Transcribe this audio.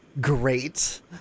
Great